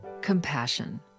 compassion